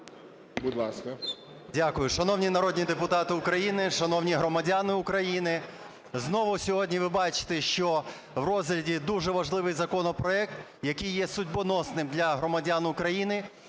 Дякую. Шановні народні депутати України, шановні громадяни України! Знову сьогодні ви бачите, що в розгляді дуже важливий законопроект, який є судьбоносним для громадян України,